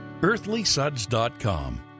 EarthlySuds.com